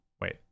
Wait